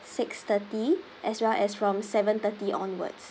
six thirty as well as from seven thirty onwards